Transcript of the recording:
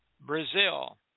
Brazil